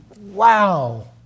Wow